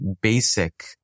basic